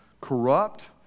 corrupt